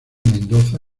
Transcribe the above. mendoza